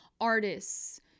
artists